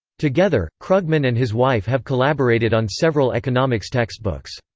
together, krugman and his wife have collaborated on several economics textbooks.